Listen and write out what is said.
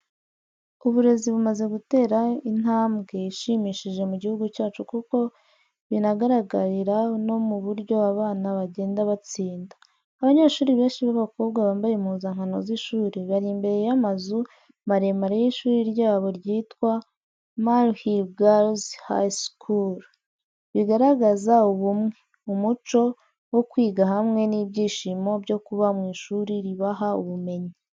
Uburezi bumaze gutera intambwe ishimishije mu gihugu cyacu kuko binagaragarira no mu buryo abana bagenda batsinda. Abanyeshuri benshi b’abakobwa bambaye impuzankano z’ishuri bari imbere y’amazu maremare y’ishuri ryabo ryitwa Maryhill Girls High School. Bigaragaza ubumwe, umuco wo kwiga hamwe n’ibyishimo byo kuba mu ishuri ribaha ubumenyi.